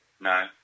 No